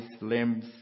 limbs